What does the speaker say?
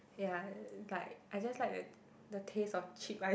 ya like I just like the the taste of cheap ice